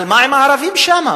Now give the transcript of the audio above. אבל מה עם הערבים שם?